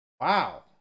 Wow